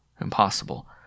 Impossible